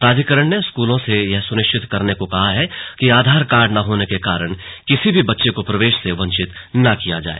प्राधिकरण ने स्कूलों से यह सुनिश्चित करने को कहा है कि आधार कार्ड न होने के कारण किसी भी बच्चे को प्रवेश से वंचित न किया जाए